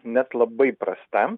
net labai prasta